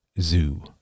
zoo